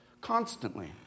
constantly